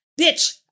bitch